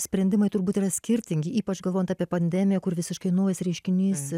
sprendimai turbūt yra skirtingi ypač galvojant apie pandemiją kur visiškai naujas reiškinys